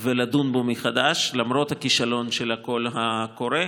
לדון בו מחדש, למרות הכישלון של הקול הקורא.